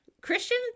Christian